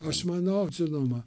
aš manau žinoma